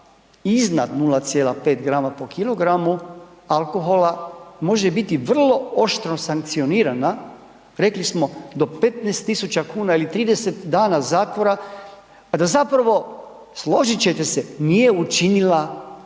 iznad 0,5 grama po kilogramu alkohola može biti vrlo oštro sankcionirana, do 15.000,00 kn ili 30 dana zatvora, da zapravo, složit ćete se, nije učinila